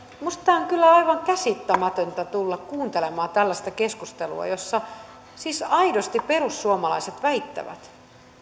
minusta on kyllä aivan käsittämätöntä tulla kuuntelemaan tällaista keskustelua jossa siis aidosti perussuomalaiset väittävät